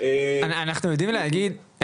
אנחנו יודעים להגיד,